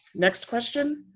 next question.